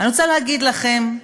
אני רוצה להגיד לכם,